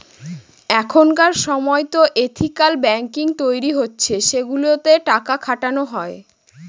এখনকার সময়তো ethical banking তৈরী হচ্ছে সেগুলোতে টাকা খাটানো হয়